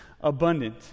abundant